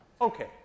Okay